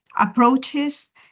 approaches